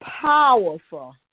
powerful